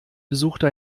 besuchte